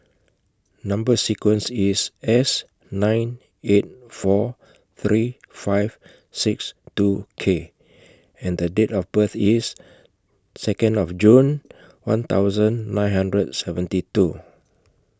Number sequence IS S nine eight four three five six two K and Date of birth IS Second of June one thousand nine hundred and seventy two